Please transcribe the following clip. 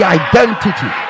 identity